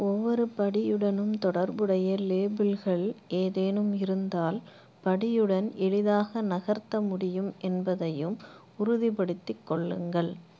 ஒவ்வொரு படியுடனும் தொடர்புடைய லேபிள்கள் ஏதேனும் இருந்தால் படியுடன் எளிதாக நகர்த்த முடியும் என்பதையும் உறுதிப்படுத்திக் கொள்ளுங்கள்